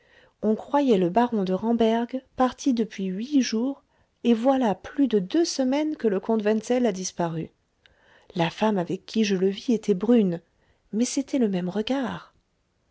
on croyait le baron de ramberg parti depuis huit jours et voilà plus de deux semaines que le comte wenzel a disparu la femme avec qui je le vis était brune mais c'était le même regard